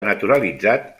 naturalitzat